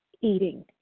eating